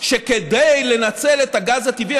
שכדי לנצל את הגז הטבעי,